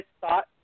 thought